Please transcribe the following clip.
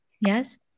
Yes